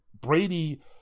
Brady